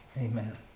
Amen